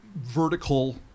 vertical